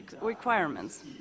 requirements